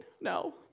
No